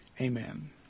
Amen